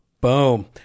Boom